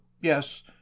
yes